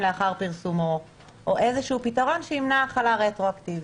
לאחר פרסומו או איזשהו פתרון שימנע החלה רטרואקטיבית.